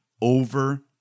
over